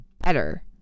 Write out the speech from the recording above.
better